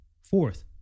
Fourth